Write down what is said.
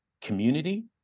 community